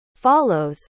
follows